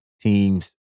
team's